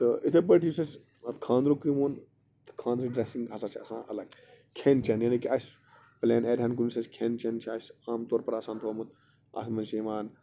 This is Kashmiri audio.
تہٕ یِتھٕے پٲٹھۍ یُس خانٛدرُک یہِ ووٚن تہٕ خانٛدرٕچ ڈریسِنگ ہسا چھِ آسان الگ کھٮ۪ن چٮ۪ن یعنے کہِ اَسہِ پُلین ایریاہن کُن یُس اَسہِ کھٮ۪ن چٮ۪ن چھُ اَسہِ عام طور پر چھُ آسان اسہِ تھوٚومُت اَتھ منٛز چھِ یِوان